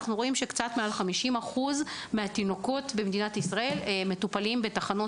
אנחנו רואים שקצת מעל 50% מהתינוקות במדינת ישראל מטופלים בתחנות